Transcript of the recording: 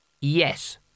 Yes